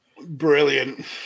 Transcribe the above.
Brilliant